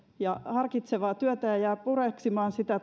ja harkitsevaa työtä ja jää pureksimaan sitä